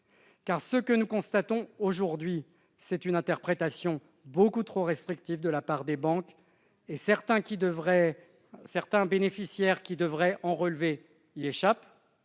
Car ce que nous constatons aujourd'hui, c'est une interprétation trop restrictive de la part des banques : certains bénéficiaires qui devraient en relever y échappent,